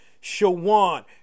Shawan